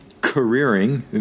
careering